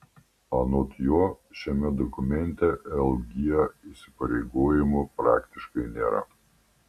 anot jo šiame dokumente lg įsipareigojimų praktiškai nėra